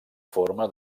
forma